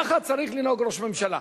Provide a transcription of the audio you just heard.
ככה צריך לנהוג ראש ממשלה.